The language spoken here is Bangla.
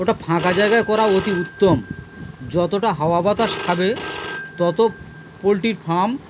ওটা ফাঁকা জায়গায় করা অতি উত্তম যতটা হাওয়া বাতাস খাবে তত পোলট্রির ফার্ম